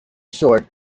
sort